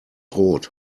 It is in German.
rot